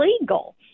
legal